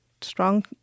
strong